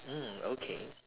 mm okay